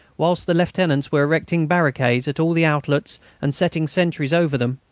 whilst the lieutenants were erecting barricades at all the outlets and setting sentries over them,